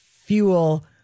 fuel